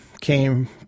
came